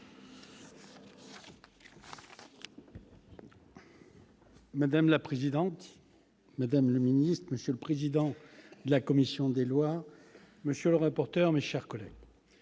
Madame la présidente, madame le ministre, monsieur le président de la commission des lois, monsieur le rapporteur, mes chers collègues,